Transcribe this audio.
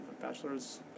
bachelor's